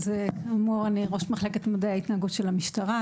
אני ראש מחלקת מדעי ההתנהגות של המשטרה,